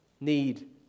need